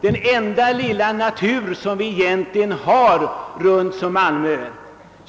Det är den enda natur vi egentligen har runt Malmö.